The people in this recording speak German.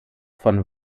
von